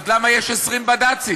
אז למה יש 20 בד"צים?